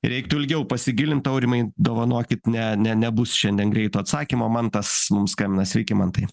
reiktų ilgiau pasigilint aurimai dovanokit ne ne nebus šiandien greito atsakymo mantas mums skambina sveiki mantai